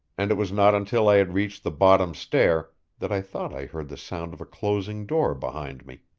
and it was not until i had reached the bottom stair that i thought i heard the sound of a closing door behind me.